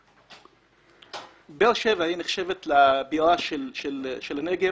באר שבע נחשבת לבירה של הנגב